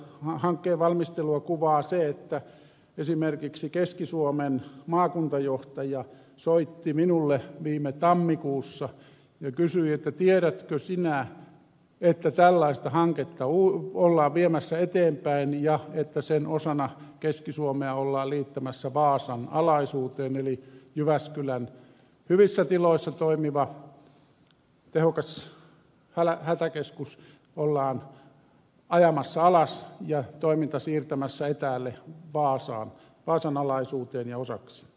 hankkeen valmistelua kuvaa se että esimerkiksi keski suomen maakuntajohtaja soitti minulle viime tammikuussa ja kysyi että tiedätkö sinä että tällaista hanketta ollaan viemässä eteenpäin ja että sen osana keski suomea ollaan liittämässä vaasan alaisuuteen eli jyväskylän hyvissä tiloissa toimiva tehokas hätäkeskus ollaan ajamassa alas ja toiminta siirtämässä etäälle vaasan alaisuuteen ja sen osaksi